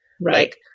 Right